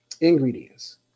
Ingredients